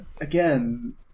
again